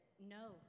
No